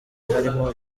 harimo